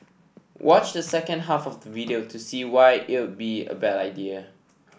watch the second half of the video to see why it'll be a bad idea